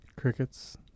Crickets